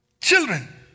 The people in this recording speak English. Children